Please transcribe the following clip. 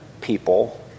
people